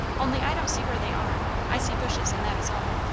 only, i don't see where they are. i see bushes, and that is all.